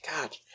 God